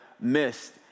missed